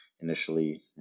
initially